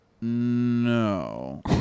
No